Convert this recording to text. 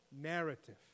narrative